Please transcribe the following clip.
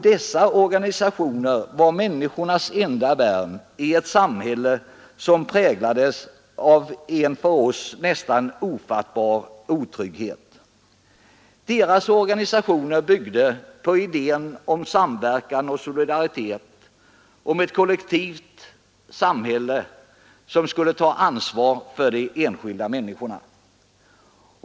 Dessa organisationer var människornas enda värn i ett samhälle som präglades av en för oss nästan ofattbar otrygghet. Deras organisationer byggde på idéen om samverkan och solidaritet och att ett kollektivt samhälle skulle ta ansvar för de enskilda människorna.